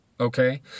Okay